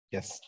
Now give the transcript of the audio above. Yes